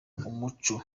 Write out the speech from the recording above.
umuco